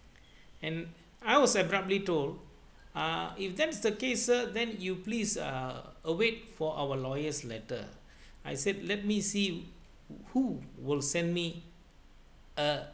and I was abruptly told uh if that's the case sir then you please uh await for our lawyer's letter I said let me see who will send me a